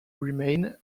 remain